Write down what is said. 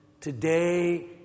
Today